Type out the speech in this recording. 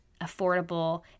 affordable